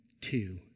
two